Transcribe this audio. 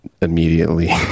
immediately